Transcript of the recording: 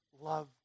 love